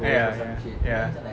ya ya ya